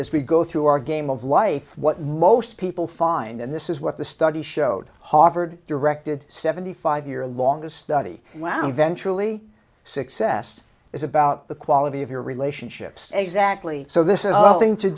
as we go through our game of life what most people find and this is what the study showed harvard directed seventy five year longest study when i eventually success is about the quality of your relationships exactly so this is nothing to